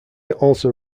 also